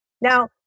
Now